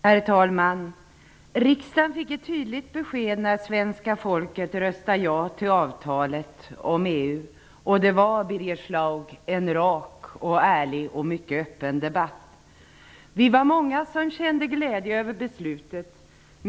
Herr talman! Riksdagen fick ett tydligt besked när svenska folket röstade ja till avtalet om EU. Det var en rak, ärlig och öppen debatt som fördes, Birger Vi var många som kände glädje över beslutet.